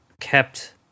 kept